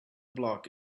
block